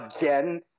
again